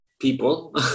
people